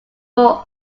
more